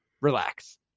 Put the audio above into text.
Relax